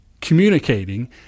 communicating